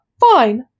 Fine